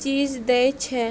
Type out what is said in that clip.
चीज दैय छै